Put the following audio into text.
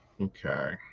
Okay